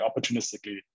opportunistically